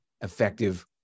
effective